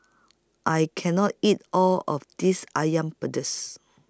I can't eat All of This Asam Pedas